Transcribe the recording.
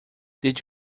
did